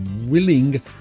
willing